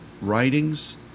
writings